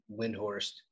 Windhorst